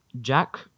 jack